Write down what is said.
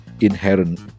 inherent